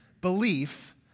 belief